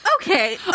Okay